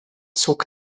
zog